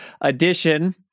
Edition